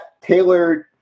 tailored